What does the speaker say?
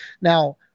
Now